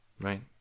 right